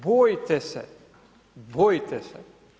Bojite se, bojite se.